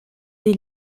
des